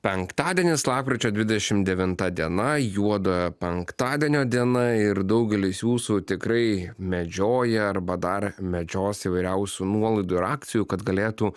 penktadienis lapkričio dvidešimt devinta diena juodojo penktadienio diena ir daugelis jūsų tikrai medžioja arba dar medžios įvairiausių nuolaidų ir akcijų kad galėtų